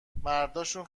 مرداشون